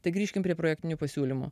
tai grįžkim prie projektinių pasiūlymų